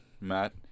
Matt